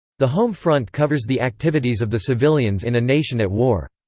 the home front covers the activities of the civilians in a nation at war.